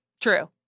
True